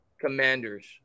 Commanders